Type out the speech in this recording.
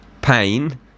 pain